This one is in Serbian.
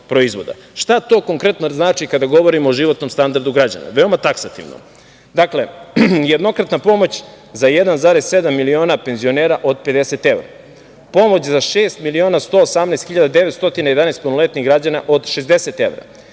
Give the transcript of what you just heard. Šta to konkretno znači kada govorimo o životnom standardu građana? Veoma taksativno, dakle - jednokratna pomoć za 1,7 miliona penzionera od 50 evra; pomoć za 6.118.911 punoletnih građana od 60 evra;